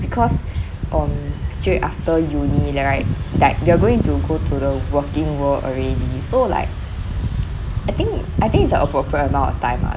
because um straight after uni there right that they are going to go to the working world already so like I think I think it's a appropriate amount of time lah